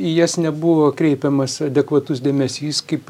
į jas nebuvo kreipiamas adekvatus dėmesys kaip